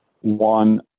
One